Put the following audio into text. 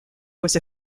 was